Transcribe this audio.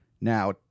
Now